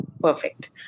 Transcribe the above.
Perfect